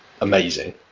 amazing